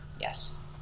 yes